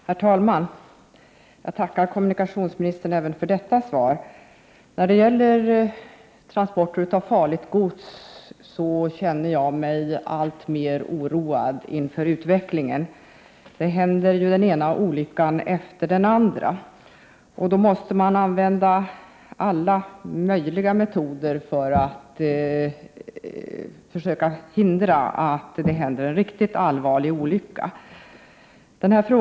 Herr talman! Jag tackar kommunikationsministern även för detta svar. När det gäller transporter av farligt gods känner jag mig alltmer oroad inför utvecklingen. Det händer ju den ena olyckan efter den andra. Man måste då använda alla möjliga metoder för att försöka hindra att en riktigt allvarlig olycka inträffar.